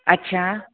अच्छा